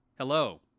Hello